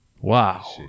Wow